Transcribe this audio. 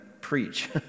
preach